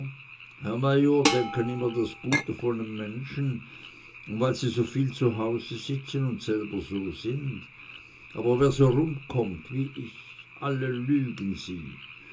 denken immer das gute von nem menschen weil sie soviel zu hause sitzen und selber so sind aber wer so rumkommt wie ich alle lügen sie